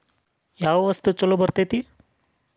ಯಾವ ವಸ್ತು ಛಲೋ ಬರ್ತೇತಿ?